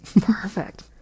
Perfect